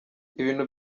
ibintu